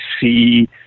see